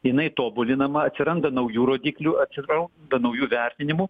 jinai tobulinama atsiranda naujų rodiklių atsirau da naujų vertinimų